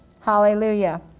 Hallelujah